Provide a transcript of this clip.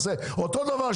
אותו דבר,